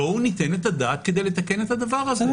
בואו ניתן את הדעת כדי לתקן את הדבר הזה.